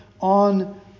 on